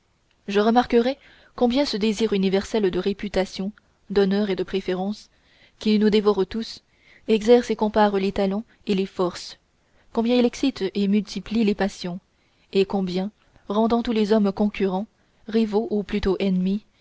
je remarquerais combien ce désir universel de réputation d'honneurs et de préférences qui nous dévore tous exerce et compare les talents et les forces combien il excite et multiplie les passions et combien rendant tous les hommes concurrents rivaux ou plutôt ennemis